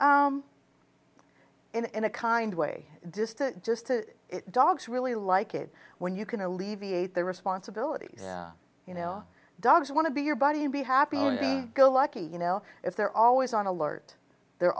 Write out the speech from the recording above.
alpha in a kind way distant just to dogs really like it when you can alleviate their responsibilities you know dogs want to be your buddy and be happy go lucky you know if they're always on alert they're